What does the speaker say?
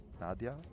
Nadia